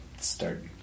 start